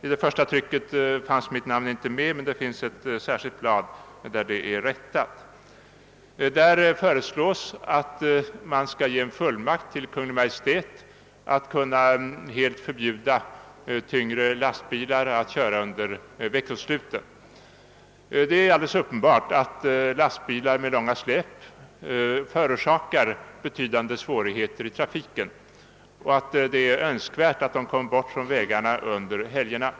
I det första trycket fanns mitt namn inte med, men det har delats ut ett särskilt blad där detta är rättat. Förslag har framlagts att Kungl. Maj:t skulle få fullmakt att helt förbjuda tyngre lastbilar att köra under veckosluten. Det är alldeles uppenbart att lastbilar med långa släp förorsakar betydande svårigheter i trafiken och att det är önskvärt att de kommer bort från vägarna under helgerna.